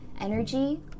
energy